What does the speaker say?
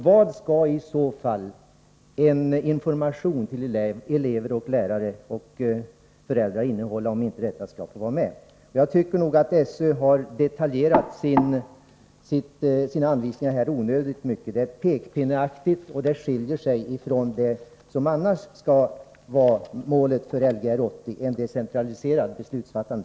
Vad skalli så fall en information till elever, föräldrar och lärare innehålla om inte detta skall få vara med? Jag tycker att SÖ har detaljerat sina anvisningar onödigt mycket. Det är pekpinneaktigt och skiljer sig ifrån det som annars skall vara målet för Lgr 80, ett decentraliserat beslutsfattande.